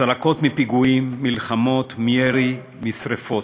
צלקות מפיגועים, ממלחמות, מירי, משרפות,